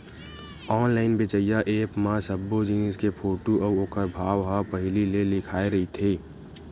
online बेचइया app म सब्बो जिनिस के फोटू अउ ओखर भाव ह पहिली ले लिखाए रहिथे